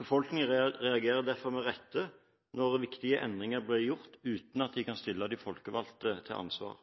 befolkningen reagerer derfor med rette når viktige endringer blir gjort, uten at de kan stille de folkevalgte til ansvar.